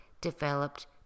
developed